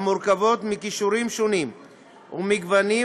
המורכבת מכישורים שונים ומגוונים,